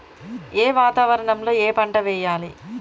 ఏ వాతావరణం లో ఏ పంట వెయ్యాలి?